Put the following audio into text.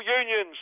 unions